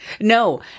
No